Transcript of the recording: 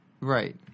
Right